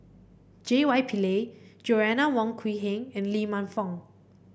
J Y Pillay Joanna Wong Quee Heng and Lee Man Fong